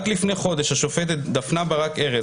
רק לפני חודש השופטת דפנה ברק-ארז,